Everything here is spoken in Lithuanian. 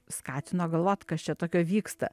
skatino galvot kas čia tokio vyksta